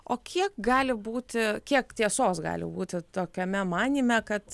o kiek gali būti kiek tiesos gali būti tokiame manyme kad